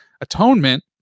Atonement